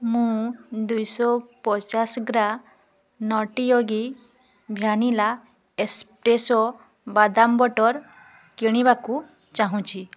ମୁଁ ଦୁଇଶହ ପଚାଶ gram Nutty Yogi vanilla espresso ବାଦାମ ବଟର୍ କିଣିବାକୁ ଚାହୁଁଛି